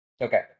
Okay